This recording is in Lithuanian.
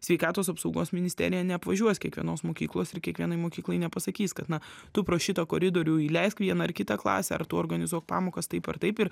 sveikatos apsaugos ministerija neapvažiuos kiekvienos mokyklos ir kiekvienai mokyklai nepasakys kad na tu pro šitą koridorių įleisk vieną ar kitą klasę ar tu organizuok pamokas taip ar taip ir